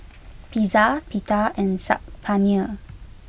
Pizza Pita and Saag Paneer